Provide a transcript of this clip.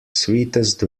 sweetest